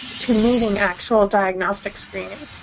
to needing actual diagnostic screening.